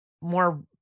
more